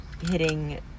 hitting